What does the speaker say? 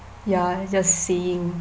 ya just saying